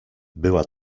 była